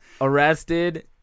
Arrested